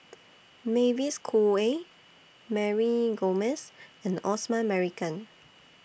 Mavis Khoo Oei Mary Gomes and Osman Merican